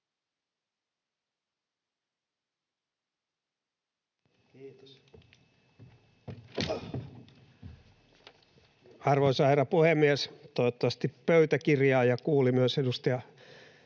Arvoisa herra puhemies! Toivottavasti pöytäkirjaaja kuuli myös edustaja